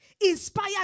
inspired